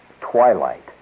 twilight